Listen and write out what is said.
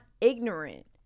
ignorant